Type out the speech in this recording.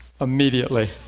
immediately